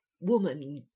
woman